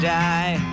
die